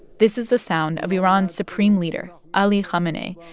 this is the sound of iran's supreme leader, ali khamenei,